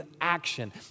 action